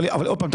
אבל עוד פעם,